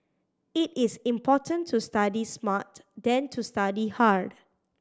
it is important to study smart than to study hard